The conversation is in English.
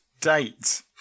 date